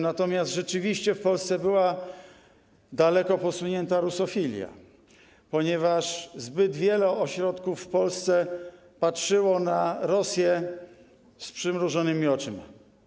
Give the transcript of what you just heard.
Natomiast rzeczywiście w Polsce była daleko posunięta rusofilia, ponieważ zbyt wiele ośrodków w Polsce patrzyło na Rosję z przymrużonymi oczyma.